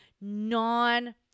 Non